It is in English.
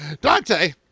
Dante